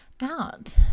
out